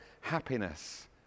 happiness